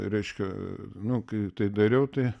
reiškia nu kai tai dariau tai